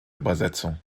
übersetzung